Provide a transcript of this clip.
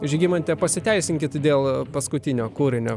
žygimante pasiteisinkit dėl paskutinio kūrinio